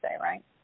right